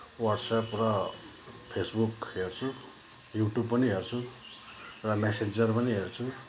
WhatsApp र Facebook हेर्छु YouTube पनि हेर्छु र म्यासेन्जर पनि हेर्छु